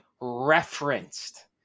referenced